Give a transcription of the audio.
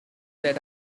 that